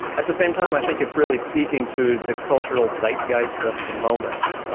at the same time i think it's really speaking to the cultural zeitgeist of the moment.